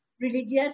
religious